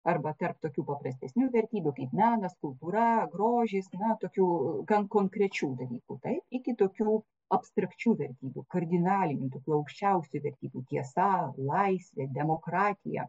arba tarp tokių paprastesnių vertybių kaip menas kultūra grožis na tokių gan konkrečių dalykų taip iki tokių abstrakčių vertybių kardinalinių aukščiausių vertybių tiesa laisvė demokratija